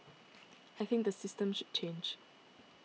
I think the system should change